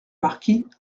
marquis